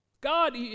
God